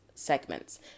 segments